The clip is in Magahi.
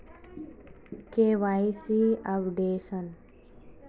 KYC updation?